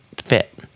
fit